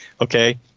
Okay